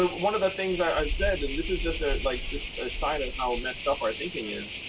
one of the things that i've said, and this is just a, like, just a sign of how messed up our thinking is,